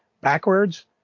backwards